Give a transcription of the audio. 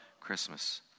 Christmas